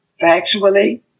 Factually